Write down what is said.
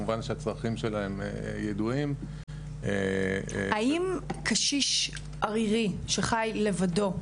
כמובן שהצרכים שלהם ידועים --- האם קשיש ערירי שחי לבדו,